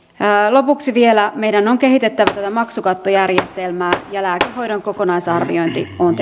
lopuksi vielä meidän on kehitettävä tätä maksukattojärjestelmää ja lääkehoidon kokonaisarviointi on